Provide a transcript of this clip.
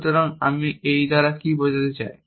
সুতরাং আমি এই দ্বারা কি বোঝাতে চাই